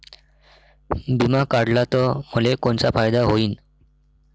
बिमा काढला त मले कोनचा फायदा होईन?